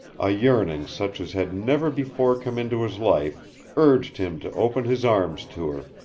a yearning such as had never before come into his life urged him to open his arms to her,